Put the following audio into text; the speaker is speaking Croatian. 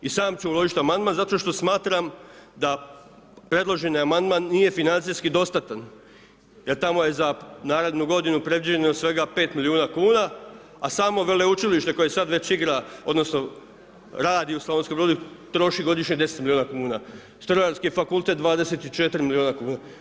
I sam ću uložiti amandman zato što smatram da predloženi amandman nije financijski dostatan, jer tamo je za narednu godinu predviđeno svega 5 milijuna kuna, a samo Veleučilište koje sad već igra odnosno radi u Slavonskom Brodu i troši godišnje 10 milijuna kuna, strojarski fakultet 24 milijuna kuna.